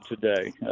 today